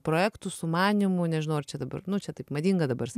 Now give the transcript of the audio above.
projektų sumanymų nežinau ar čia dabar nu čia taip madinga dabar